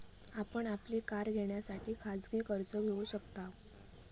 आपण आपली कार घेण्यासाठी खाजगी कर्ज घेऊ शकताव